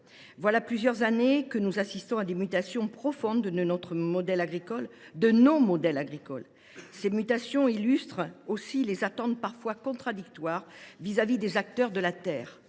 Voilà plusieurs années que nous assistons à des mutations profondes de notre modèle agricole – de modèles agricoles. Ces mutations sont aussi le reflet des attentes parfois contradictoires que l’on adresse aux acteurs de la terre